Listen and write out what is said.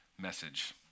message